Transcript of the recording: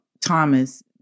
Thomas